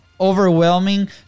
Overwhelming